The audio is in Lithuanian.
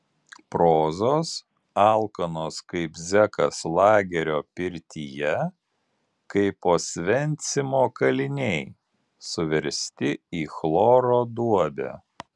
prozos alkanos kaip zekas lagerio pirtyje kaip osvencimo kaliniai suversti į chloro duobę